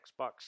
Xbox